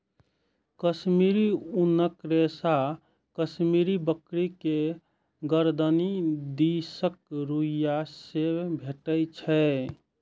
कश्मीरी ऊनक रेशा कश्मीरी बकरी के गरदनि दिसक रुइयां से भेटै छै